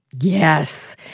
Yes